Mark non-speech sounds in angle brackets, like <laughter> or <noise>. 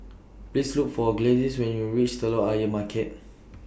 Please Look For Gladys when YOU REACH Telok Ayer Market <noise>